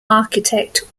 architect